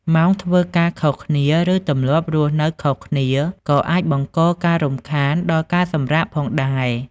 ម៉ោងធ្វើការខុសគ្នា ឬទម្លាប់រស់នៅខុសគ្នាក៏អាចបង្កការរំខានដល់ការសម្រាក ផងដែរ។